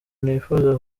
nifuza